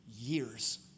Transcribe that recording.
years